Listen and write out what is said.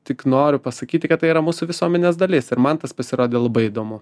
tik noriu pasakyti kad tai yra mūsų visuomenės dalis ir man tas pasirodė labai įdomu